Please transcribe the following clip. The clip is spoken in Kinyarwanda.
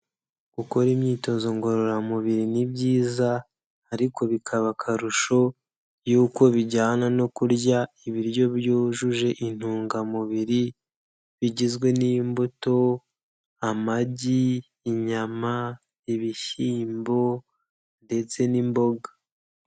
Gukora imyitozo ngororamubiri ni byiza ariko bikaba akarusho yuko bijyana no kurya ibiryo byujuje intungamubiri bigizwe n'imbuto, amagi, inyama, ibishyimbo ndetse n'imboga.